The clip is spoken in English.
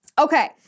Okay